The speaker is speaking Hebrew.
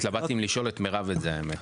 התלבטתי אם לשאול את מירב את זה האמת.